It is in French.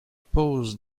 pose